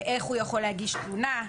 ואיך הוא יכול להגיש תלונה,